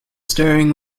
staring